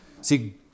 See